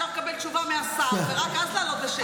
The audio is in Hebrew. אפשר לקבל תשובה מהשר ורק אז לעלות לשאילתה.